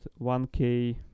1k